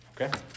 Okay